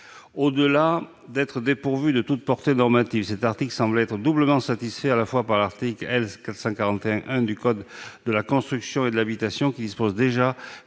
Au-delà d'être dépourvu de toute portée normative, cet article semblait être doublement satisfait à la fois par l'article L. 441-1 du code de la construction et de l'habitation qui dispose déjà